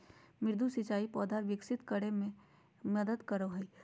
मृदु सिंचाई पौधा विकसित करय मे मदद करय हइ